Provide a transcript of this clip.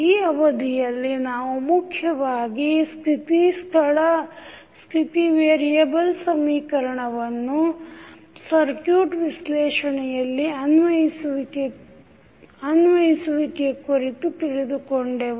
ಈ ಅವಧಿಯಲ್ಲಿ ನಾವು ಮುಖ್ಯವಾಗಿ ಸ್ಥಿತಿ ಸ್ಥಳ ಸ್ಥಿತಿ ವೇರಿಯೆಬಲ್ ಸಮೀಕರಣವನ್ನು ಸರ್ಕ್ಯೂಟ್ ವಿಶ್ಲೇಷಣೆಯಲ್ಲಿ ಅನ್ವಯಿಸುವಿಕೆ ಕುರಿತು ತಿಳಿದುಕೊಂಡೆವು